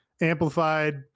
amplified